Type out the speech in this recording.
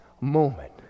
moment